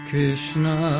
Krishna